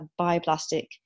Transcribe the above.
bioplastic